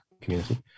community